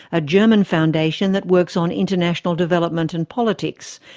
a german foundation that works on international development and politics.